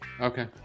Okay